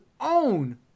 own